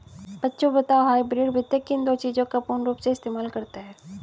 बच्चों बताओ हाइब्रिड वित्त किन दो चीजों का पूर्ण रूप से इस्तेमाल करता है?